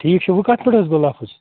ٹھیٖک چھُ وۅنۍ کَتھ پٮ۪ٹھ حظ گوٚو لَفٕظ